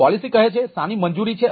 તેથી પોલિસી કહે છે શાની મંજૂરી છે